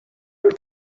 und